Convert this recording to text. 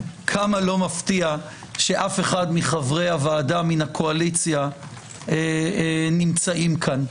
כמה לא מפתיע שאף אחד מחברי הוועדה מן הקואליציה נמצאים כאן.